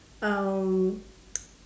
um